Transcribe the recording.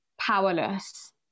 powerless